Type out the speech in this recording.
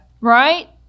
Right